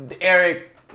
Eric